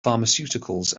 pharmaceuticals